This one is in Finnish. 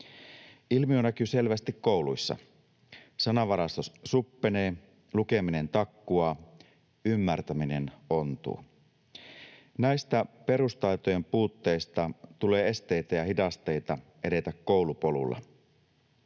Ilmiö näkyy selvästi kouluissa. Sanavarasto suppenee, lukeminen takkuaa, ymmärtäminen ontuu. Näistä perustaitojen puutteista tulee esteitä ja hidasteita edetä koulupolulla.